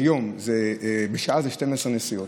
בשעה זה 12 נסיעות.